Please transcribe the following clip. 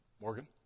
Morgan